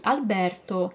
Alberto